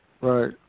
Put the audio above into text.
right